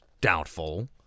doubtful